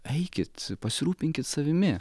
eikit pasirūpinkit savimi